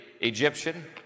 Egyptian